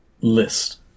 list